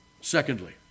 Secondly